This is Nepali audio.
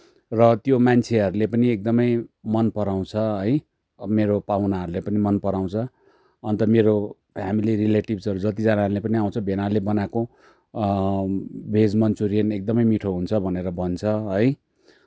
र त्यो मान्छेहरूले पनि एकदमै मन पराउँछ है मेरो पाहुनाहरूले पनि मन पराउँछ अन्त मेरो फ्यामिली रिलेटिभ्सहरू जतिजनाले पनि आउँछ भेनाले बनाएको भेज मन्चुरियन एकदमै मिठो हुन्छ भनेर भन्छ है